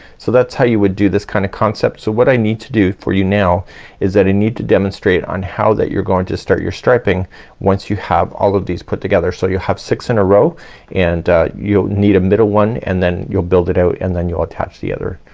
so that's how you would do this kind of concept. so what i need to do for you now is that i need to demonstrate on how that you're going to start your striping once you have all of these put together. so you'll have six in a row and you'll need a middle one and then you'll build it out and then you'll attach the other,